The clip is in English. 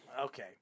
Okay